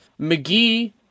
McGee